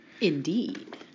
Indeed